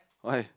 why